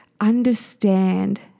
understand